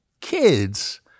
kids